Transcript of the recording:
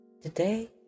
Today